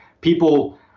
people